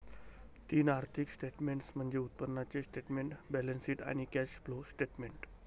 तीन आर्थिक स्टेटमेंट्स म्हणजे उत्पन्नाचे स्टेटमेंट, बॅलन्सशीट आणि कॅश फ्लो स्टेटमेंट